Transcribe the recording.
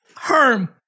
Herm